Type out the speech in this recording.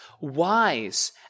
wise